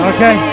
Okay